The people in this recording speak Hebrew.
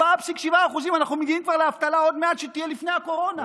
4.7% אנחנו כבר מגיעים עוד מעט לאבטלה שהייתה לפני הקורונה.